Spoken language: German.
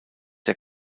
der